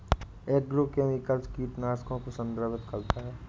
agrochemicals कीटनाशकों को संदर्भित करता है